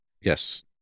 Yes